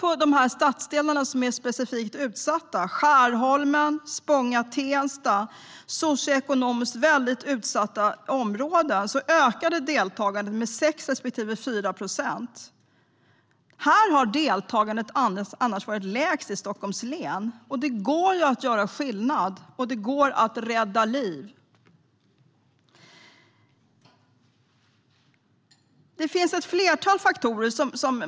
Det finns stadsdelar som är specifikt utsatta, Skärholmen och Spånga-Tensta. Det är socioekonomiskt väldigt utsatta områden. Där ökade deltagandet med 6 respektive 4 procent. Här har deltagandet annars varit lägst i Stockholms län. Det går att göra skillnad, och det går att rädda liv. Man kan titta på olika studier.